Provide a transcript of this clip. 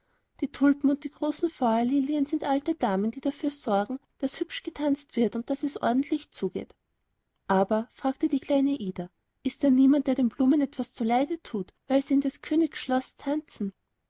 die tulpen und die großen feuerlilien sind alte damen die sorgen dafür daß hübsch getanzt wird und daß es ordentlich zugeht aber fragte die kleine ida ist da niemand der den blumen etwas zuleide thut weil sie in des königs schloß tanzen